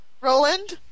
Roland